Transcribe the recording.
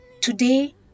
Today